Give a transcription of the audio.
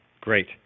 great